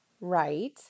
right